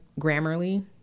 Grammarly